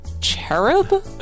cherub